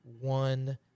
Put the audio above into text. one